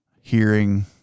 hearing